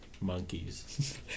Monkeys